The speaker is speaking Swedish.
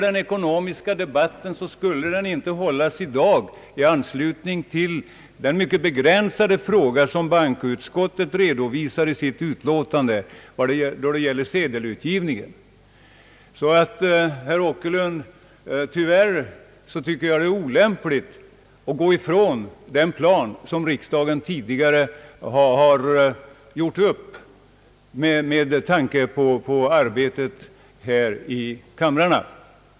Den ekonomiska debatten skulle inte hållas i dag i anslutning till den mycket begränsade fråga, som bankoutskottet redovisar i sitt utlåtande, nämligen om sedelutgivningen. Tyvärr, herr Åkerlund, tycker jag det är olämpligt att gå ifrån den plan som riksdagen tidigare har gjort upp med tanke på arbetet här i kamrarna.